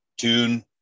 tune